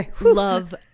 love